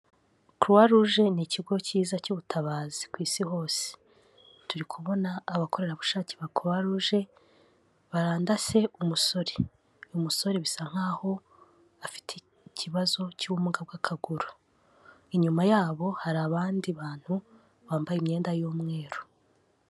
Croix Rouge ni ikigo cyiza cy'ubutabazi ku isi hose. Turi kubona abakorerabushake ba Croix Rouge barandase umusore. Uyu musore bisa nk'aho afite ikibazo cy'ubumuga bw'akaguru. Inyuma yabo hari abandi bantu bambaye imyenda y'umweru.